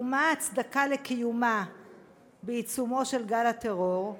ומה ההצדקה לקיומה בעיצומו של גל הטרור?